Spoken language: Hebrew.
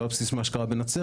לא על בסיס מה שקרה בנצרת.